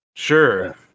Sure